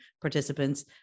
participants